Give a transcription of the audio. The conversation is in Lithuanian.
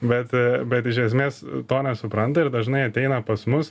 bet bet iš esmės to nesupranta ir dažnai ateina pas mus